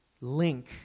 link